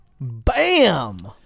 Bam